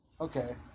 Okay